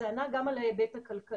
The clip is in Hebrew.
זה ענה גם על ההיבט הכלכלי.